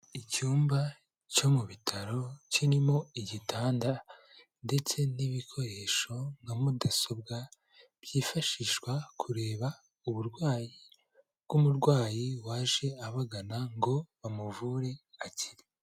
Icyumba cyo mu bitaro kirimo igitanda ndetse n'ibikoresho nka mudasobwa, byifashishwa kureba uburwayi bw'umurwayi waje abagana ngo bamuvure akire.